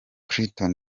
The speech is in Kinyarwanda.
clinton